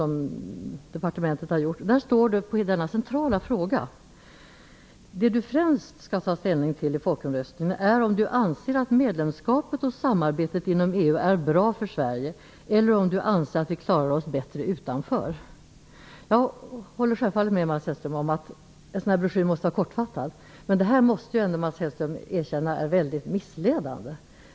I denna broschyr står det: "Det du främst ska ta ställning till i folkomröstningen är om du anser att medlemskapet och samarbetet inom EU är bra för Sverige - eller om du anser att vi klarar oss bättre utanför." Jag håller självfallet med Mats Hellström om att en broschyr av den här typen måste vara kortfattad. Men Mats Hellström måste ändå erkänna att detta är väldigt missledande.